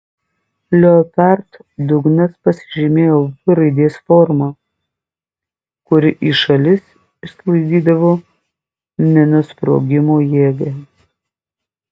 leopard dugnas pasižymėjo v raidės forma kuri į šalis išsklaidydavo minos sprogimo jėgą